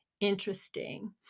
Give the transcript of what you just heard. Interesting